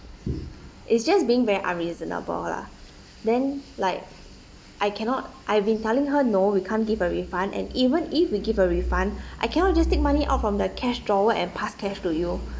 it's just being very unreasonable lah then like I cannot I've been telling her no we can't give a refund and even if we give a refund I cannot just take money out from the cash drawer and pass cash to you